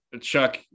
Chuck